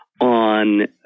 On